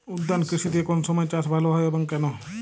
উদ্যান কৃষিতে কোন সময় চাষ ভালো হয় এবং কেনো?